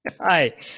hi